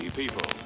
people